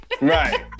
Right